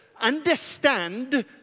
understand